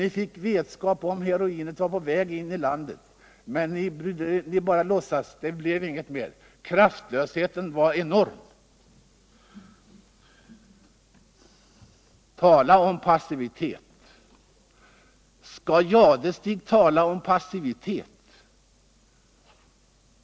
Ni fick vetskap om att heroinet var på väg in i landet, men ni bara låtsades visa ett intresse. Det blev inget mer. Kraftlösheten var enorm. Skall Thure Jadestig tala om passivitet?